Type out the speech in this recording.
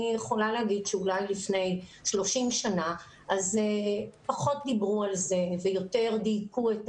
אני יכולה לומר שלפני 30 שנים פחות דיברו על זה ויותר תייקו את